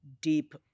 deep